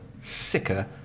sicker